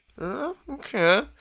Okay